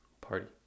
party